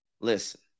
Listen